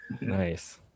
Nice